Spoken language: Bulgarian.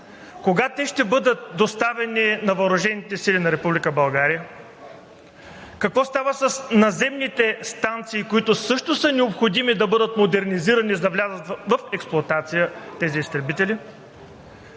Кога те ще бъдат доставени на въоръжените сили на Република България? Какво става с наземните станции, които също е необходимо да бъдат модернизирани, за да влязат в експлоатация тези изтребители?